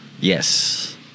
yes